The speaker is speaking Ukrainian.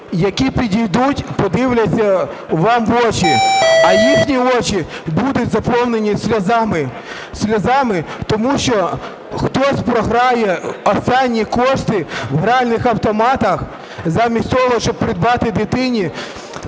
які підійдуть, подивляться вам в очі, а їхні очі будуть заповнені сльозами – сльозами, тому що хтось програє останні кошти в гральних автоматах, замість того, щоб придбати дитині